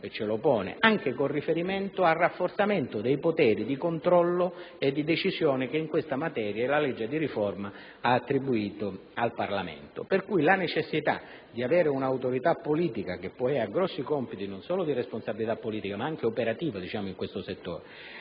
delegata, anche riguardo al rafforzamento dei poteri di controllo e di decisione che in questa materia la legge di riforma ha attribuito al Parlamento. Quindi, la necessità di avere un'autorità politica, che poi ha rilevanti compiti non solo di responsabilità politica ma anche operativi in questo settore,